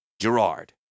Gerard